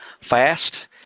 fast